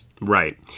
Right